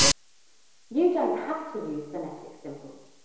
you don't have to use phonetic symbols,